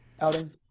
outing